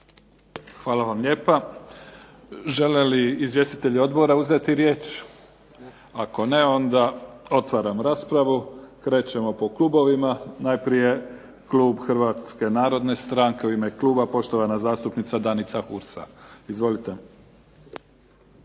Hvala vam lijepa. Žele li izvjestitelji odbora uzeti riječ? Ako ne, otvaram raspravu. Krećemo po klubovima. Najprije klub Hrvatske narodne stranke. U ime kluba poštovana zastupnica Danica Hursa. Izvolite.